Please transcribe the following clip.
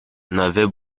n’avait